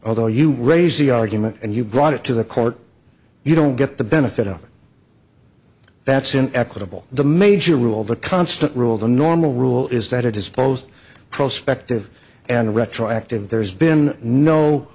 although you raise the argument and you brought it to the court you don't get the benefit of that's an equitable the major rule the constant rule the normal rule is that it is both prospective and retroactive there's been no